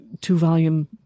two-volume